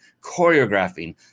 choreographing